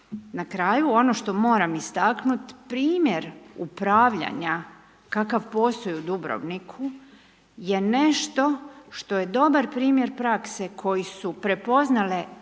Na kraju ono što moram istaknuti, primjer upravljanja, kakav postoji u Dubrovniku, je nešto što je dobar primjer prakse, koju su prepoznali